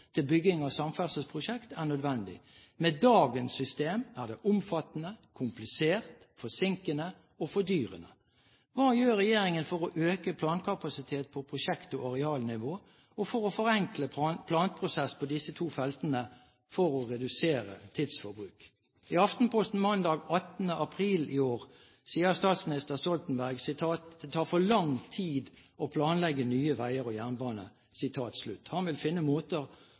til bygging av samferdselsprosjekt er nødvendig. Med dagens system er det omfattende, komplisert, forsinkende og fordyrende. Hva gjør regjeringen for å øke plankapasitet på prosjekt og arealnivå og for å forenkle planprosess på disse to feltene for å redusere tidsforbruk? I Aftenposten mandag den 18. april 2011 sa statsminister Stoltenberg: «Det tar for lang tid å planlegge nye veier og jernbane.» Han vil finne